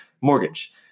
mortgage